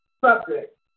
subject